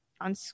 on